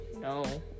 No